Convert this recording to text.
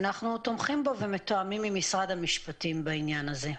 אנחנו תומכים בו ומתואמים עם משרד המשפטים בעניין הזה.